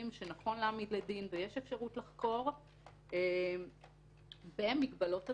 שנכון להעמיד לדין ויש אפשרות לחקור במגבלות הזמן.